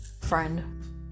friend